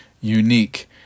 unique